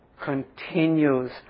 continues